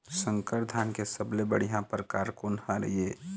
संकर धान के सबले बढ़िया परकार कोन हर ये?